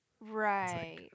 Right